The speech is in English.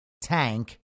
tank